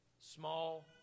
small